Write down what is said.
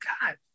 god